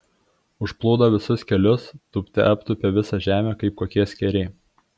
užplūdo visus kelius tūpte aptūpė visą žemę kaip kokie skėriai